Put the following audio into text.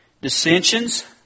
dissensions